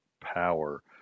power